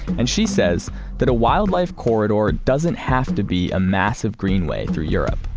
and she says that a wildlife corridor doesn't have to be a massive greenway through europe.